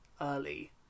early